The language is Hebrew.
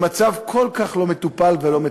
במצב כל כך לא מטופל ולא מטופח.